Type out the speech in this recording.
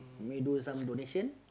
may do some donation